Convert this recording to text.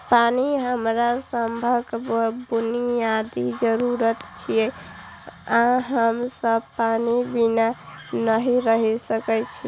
पानि हमरा सभक बुनियादी जरूरत छियै आ हम सब पानि बिना नहि रहि सकै छी